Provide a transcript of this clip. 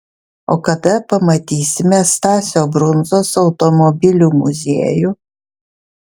o kada pamatysime stasio brundzos automobilių muziejų